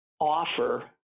offer